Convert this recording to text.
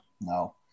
no